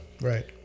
right